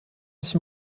sich